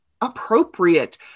appropriate